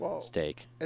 steak